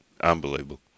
unbelievable